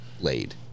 laid